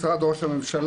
משרד ראש הממשלה,